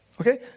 Okay